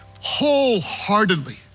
wholeheartedly